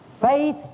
faith